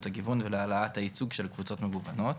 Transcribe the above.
הגיוון ולהעלאת הייצוג של אוכלוסיות מגוונות.